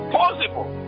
possible